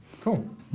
Cool